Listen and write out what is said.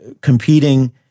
competing